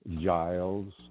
Giles